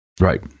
right